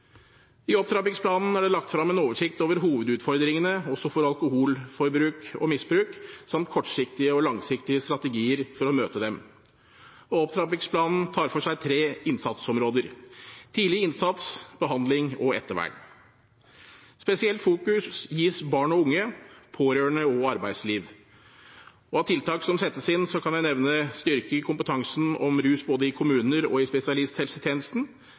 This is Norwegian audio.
I opptrappingsplanen er det lagt frem en oversikt over hovedutfordringene også for alkoholforbruk og -misbruk, samt kortsiktige og langsiktige strategier for å møte dem. Opptrappingsplanen tar for seg tre innsatsområder: tidlig innsats, behandling og ettervern. Spesielt fokus gis barn og unge, pårørende og arbeidsliv. Av tiltak som settes inn, kan jeg nevne: styrke kompetansen om rus både i kommuner og i